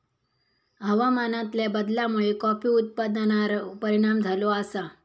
हवामानातल्या बदलामुळे कॉफी उत्पादनार परिणाम झालो आसा